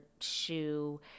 shoe